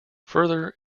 further